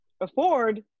afford